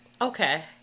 Okay